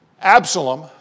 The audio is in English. Absalom